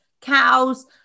cows